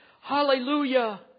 Hallelujah